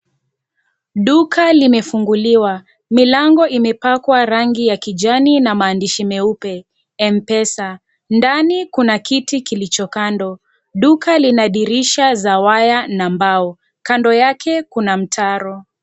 Duka limefunguliwa. Milango imepakwa rangi ya kijani na maandishi meupe M-Pesa. Ndani kuna kiti kilicho kando. Duka lina dirisha za waya na mbao. Kando yake kuna mtaro.